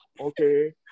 Okay